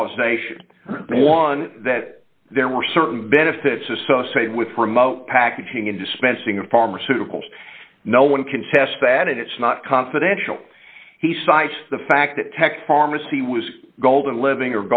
causation one that there were certain benefits associated with remote packaging and dispensing of pharmaceuticals no one can test that and it's not confidential he cites the fact that tech pharmacy was golden living